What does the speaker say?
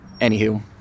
Anywho